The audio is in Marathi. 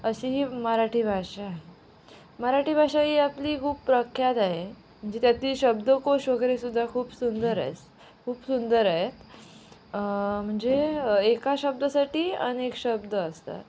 अशी ही मराठी भाषा आहे मराठी भाषा ही आपली खूप प्रख्यात आहे म्हणजे त्यातील शब्दकोश वगैरेसुद्धा खूप सुंदर आहेत खूप सुंदर आहे म्हणजे एका शब्दासाठी अनेक शब्द असतात